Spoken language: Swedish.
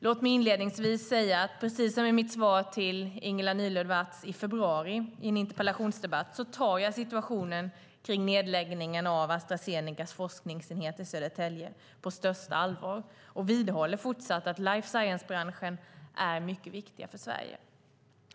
Låt mig inledningsvis säga, precis som i mitt svar till Ingela Nylund Watz i februari i en interpellationsdebatt, att jag tar situationen kring nedläggningen av Astra Zenecas forskningsenhet i Södertälje på största allvar och vidhåller fortsatt att life science-branscherna är mycket viktiga för Sverige.